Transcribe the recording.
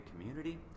community